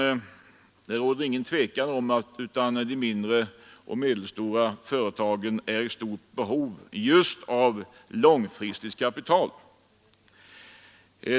Det råder inget tvivel om att de mindre och de ”. m. medelstora företagen är i stort behov av just långfristigt kapital.